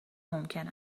ممکن